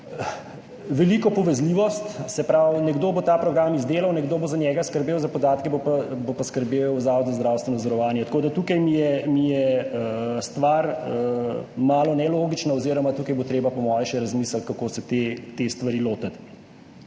veliko povezljivost, se pravi, nekdo bo ta program izdelal, nekdo bo za njega skrbel, za podatke pa bo poskrbel Zavod za zdravstveno zavarovanje. Tako mi je ta stvar malce nelogična oziroma bo tu treba, po moje, še razmisliti, kako se te stvari lotiti.